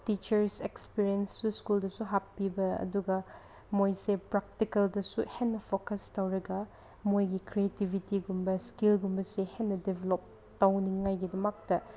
teachers ꯑꯦꯛꯁꯄꯔꯤꯌꯦꯟꯁꯁꯨ ꯁ꯭ꯀꯨꯜꯗꯁꯨ ꯍꯥꯞꯄꯤꯕ ꯑꯗꯨꯒ ꯃꯣꯏꯁꯦ ꯄ꯭ꯔꯥꯛꯇꯤꯀꯦꯜꯗꯁꯨ ꯍꯦꯟꯅ ꯐꯣꯀꯁ ꯇꯧꯔꯒ ꯃꯣꯏꯒꯤ ꯀ꯭ꯔꯦꯌꯦꯇꯤꯚꯤꯇꯤꯒꯨꯝꯕ ꯏꯁꯀꯤꯜꯒꯨꯝꯕꯁꯦ ꯍꯦꯟꯅ ꯗꯦꯚꯦꯂꯣꯞ ꯇꯧꯅꯤꯡꯉꯥꯏꯒꯤꯗꯃꯛꯇ